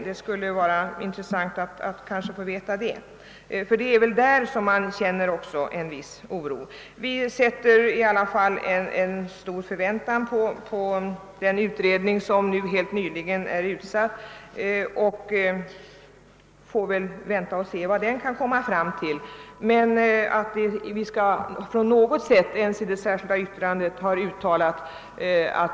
Det skulle vara intressant att få veta det, eftersom man känner en viss oro också på den punkten. Vi fäster stora förväntningar vid den utredning som nu skall börja arbeta .